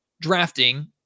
drafting